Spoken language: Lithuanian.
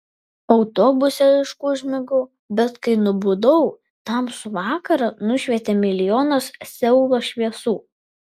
autobuse aišku užmigau bet kai nubudau tamsų vakarą nušvietė milijonas seulo šviesų